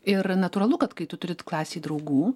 ir natūralu kad kai tu turit klasėj draugų